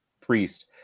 priest